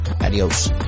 Adios